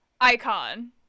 icon